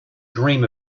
dream